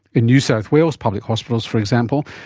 in new south wales public hospitals, for example,